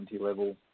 level